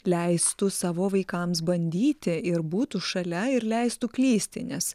leistų savo vaikams bandyti ir būtų šalia ir leistų klysti nes